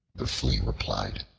the flea replied,